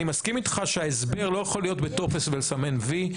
אני מסכים איתך שההסבר לא יכול להיות בטופס לסמן "וי".